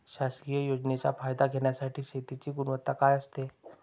शासकीय योजनेचा फायदा घेण्यासाठी शेतीची गुणवत्ता काय असते?